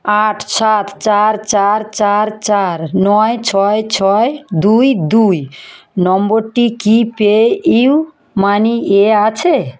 আট সাত চার চার চার চার নয় ছয় ছয় দুই দুই নম্বরটি কি পেইউমানি এ আছে